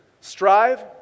strive